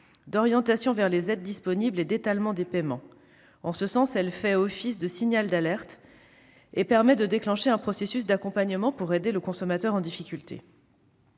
d'orientation vers les aides disponibles et d'étalement des paiements. En ce sens, elle fait office de signal d'alerte et permet de déclencher un processus d'accompagnement pour aider le consommateur en difficulté.